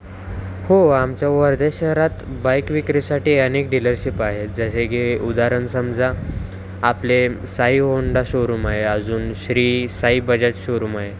हो आमच्या वर्धे शहरात बाईक विक्रीसाठी अनेक डीलरशिप आहेत जसे की उदाहरण समजा आपले साई होंडा शोरूम आहे अजून श्री साई बजाज शोरूम आहे